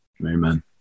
Amen